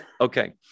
Okay